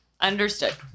Understood